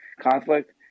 conflict